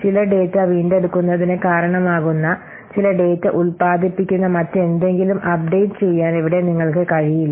ചില ഡാറ്റ വീണ്ടെടുക്കുന്നതിന് കാരണമാകുന്ന ചില ഡാറ്റ ഉൽപാദിപ്പിക്കുന്ന മറ്റെന്തെങ്കിലും അപ്ഡേറ്റ് ചെയ്യാൻ ഇവിടെ നിങ്ങൾക്ക് കഴിയില്ല